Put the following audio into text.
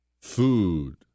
food